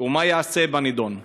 2. מה ייעשה בנידון?